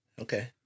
Okay